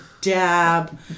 dab